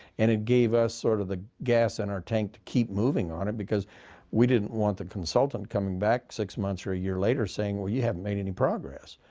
and it gave us sort of the gas in our tank to keep moving on it because we didn't want the consultant coming back six months or a year later saying, well, you haven't made any progress.